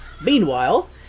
Meanwhile